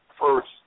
First